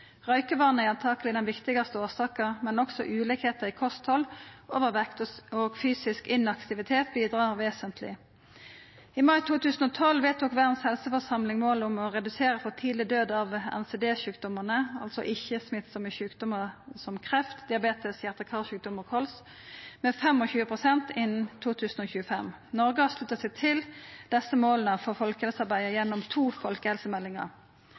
Røykevaner er antakeleg den viktigaste årsaka, men også ulikheiter i kosthald, overvekt og fysisk inaktivitet bidrar vesentleg. I mai 2012 vedtok Verdens helseforsamling målet om å redusera for tidleg død av NCD-sjukdomar, altså ikkje-smittsame sjukdomar som kreft, diabetes, hjarte-/karsjukdomar og kols, med 25 pst. innan 2025. Noreg har slutta seg til desse måla for folkehelsearbeidet gjennom to folkehelsemeldingar.